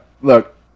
look